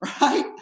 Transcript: right